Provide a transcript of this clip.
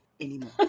anymore